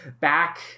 back